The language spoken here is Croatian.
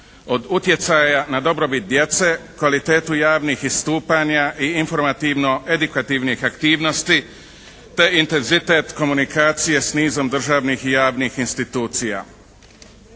od utjecaja na dobrobit djece, kvalitetu javnih istupanja i informativno-edukativnih aktivnosti te intenzitet komunikacije s nizom državnih i javnih institucija.